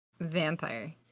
vampire